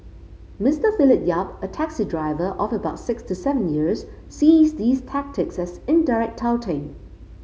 Mister Philip Yap a taxi driver of about six to seven years sees these tactics as indirect touting